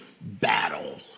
battle